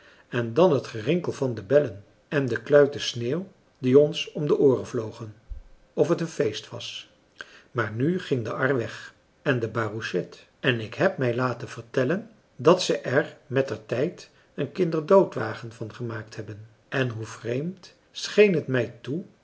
en dan het gerinkel van de bellen en de kluiten sneeuw die ons om de ooren vlogen of het een feest was maar nu ging de ar weg en de barouchet en ik heb mij laten vertellen dat ze er mettertijd een kinderdoodwagen van gemaakt hebben en hoe vreemd scheen het mij toe